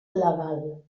legal